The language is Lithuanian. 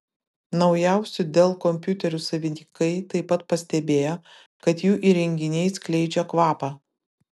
naujausių dell kompiuterių savininkai taip pat pastebėjo kad jų įrenginiai skleidžia kvapą